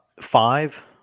Five